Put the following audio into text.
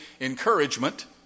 encouragement